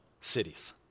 cities